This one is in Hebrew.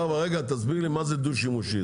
רגע, תסביר לי מה זה דו שימושי.